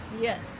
Yes